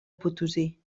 potosí